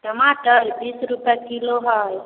टमाटर बीस रुपै किलो हइ